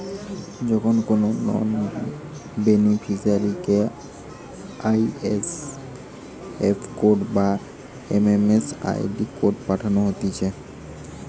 যখন কোনো নন বেনিফিসারিকে আই.এফ.এস কোড বা এম.এম.আই.ডি কোড পাঠানো হতিছে